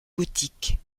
gothique